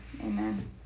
Amen